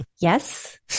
Yes